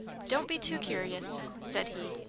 don't be too curious, said he.